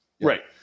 Right